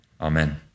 Amen